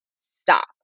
stop